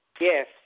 Yes